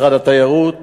משרד התיירות,